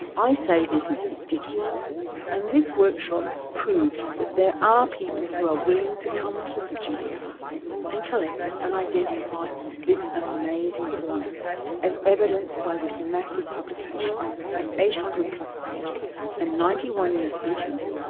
i say this is ridiculous and this workshop proved that there are people who are willing to come to the gbr and collect and identify this amazing fauna as evidenced by this massive publication eight hundred plus pages and ninety one new species,